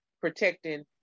protecting